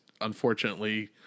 unfortunately